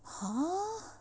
!huh!